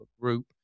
group